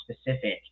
specific